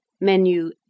Menu